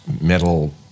metal